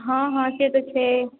हँ हँ से तऽ छै